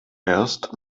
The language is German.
erst